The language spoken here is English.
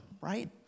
right